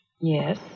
Yes